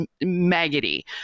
maggoty